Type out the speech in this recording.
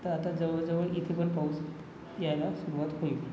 तर आता जवळजवळ इथं पण पाऊस यायला सुरुवात होईल